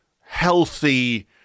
healthy